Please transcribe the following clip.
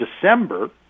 december